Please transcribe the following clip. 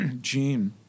Gene